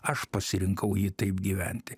aš pasirinkau jį taip gyventi